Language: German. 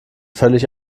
völlig